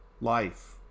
life